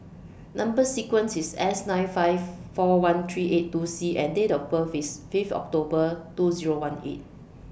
Number sequence IS S nine five four one three eight two C and Date of birth IS five October two Zero one eight